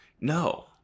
No